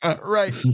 right